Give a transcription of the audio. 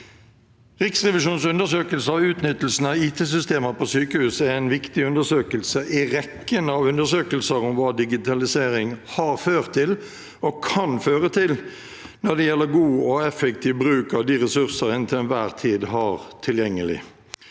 Riksrevisjonens undersøkelse av utnyttelsen av ITsystemer på sykehus er en viktig undersøkelse i rekken av undersøkelser om hva digitalisering har ført til og kan føre til når det gjelder god og effektiv bruk av de ressurser en til enhver tid har tilgjengelig.